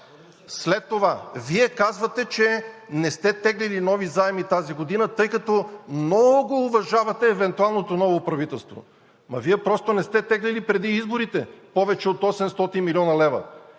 След това, Вие казвате, че не сте теглили нови заеми тази година, тъй като много уважавате евентуалното ново правителство. Ама Вие просто не сте теглили преди изборите повече от 800 млн. лв.